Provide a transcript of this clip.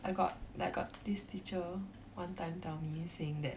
I got like got this teacher one time tell me saying that